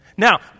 Now